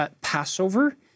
Passover